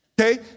okay